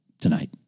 tonight